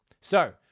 So-